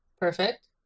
Perfect